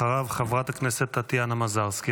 אחריו, חברת הכנסת טטיאנה מזרסקי.